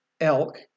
elk